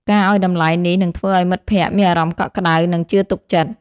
ការឱ្យតម្លៃនេះ នឹងធ្វើឱ្យមិត្តភក្តិមានអារម្មណ៍កក់ក្តៅ និងជឿទុកចិត្ត។